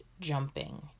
jumping